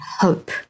hope